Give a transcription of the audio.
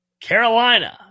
Carolina